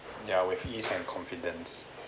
ya with ease and confidence